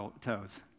toes